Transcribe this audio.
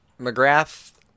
McGrath